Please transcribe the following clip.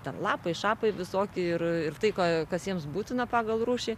ten lapai šapai visokie ir ir tai ko kas jiems būtina pagal rūšį